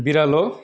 बिरालो